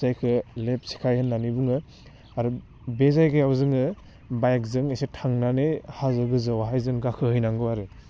जायखौ लेप स्काइ होननानै बुङो आरो बे जायगायाव जोङो बाइकजों एसे थांनानै हाजो गोजौवावहाय जोङो गाखोहैनांगौ आरो